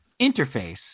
interface